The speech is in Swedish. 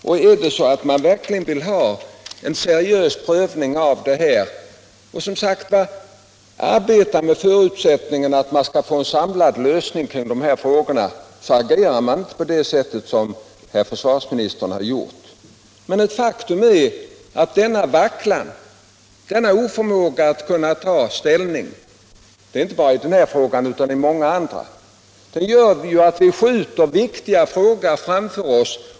Är det så att man verkligen vill ha en seriös prövning av frågan och arbetar med förutsättningen att man skall få en samlad lösning av den, agerar man inte på det sätt som herr för 17 svarsministern har gjort. Men ett faktum är att denna vacklan, denna oförmåga att ta ställning — det gäller inte bara i denna fråga utan också i många andra — gör att vi skjuter viktiga frågor framför oss.